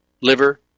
liver